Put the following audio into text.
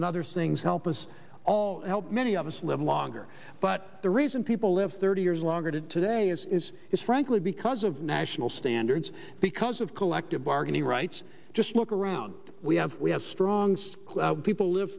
and other things help us all help many of us live longer but the reason people live thirty years longer to today is is is frankly because of national standards because of collective bargaining rights just look around we have we have strong scl people live